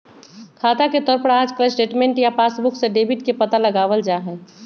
खाता के तौर पर आजकल स्टेटमेन्ट या पासबुक से डेबिट के पता लगावल जा हई